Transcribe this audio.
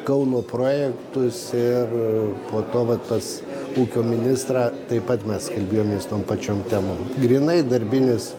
kauno projektus ir po to va tas ūkio ministrą taip pat mes kalbėjomės tom pačiom temom grynai darbinis